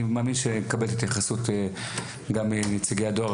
אני מאמין שנקבל את ההתייחסות גם מנציגי הדואר